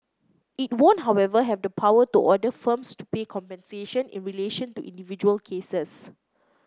it won't however have the power to order firms to pay compensation in relation to individual cases